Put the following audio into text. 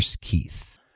keith